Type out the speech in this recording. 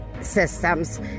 systems